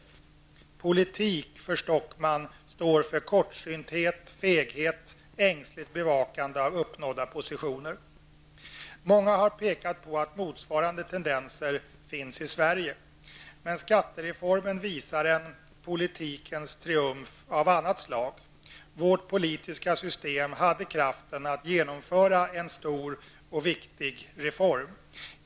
Begreppet ''politik'' för Stockman står för kortsynthet, feghet och ängsligt bevakande av uppnådda positioner. Många har pekat på att det finns motsvarande tendenser i Sverige. Men skattereformen visar en ''politikens triumf'' av annat slag: vårt politiska system hade kraften att genomföra en stor och viktig reform.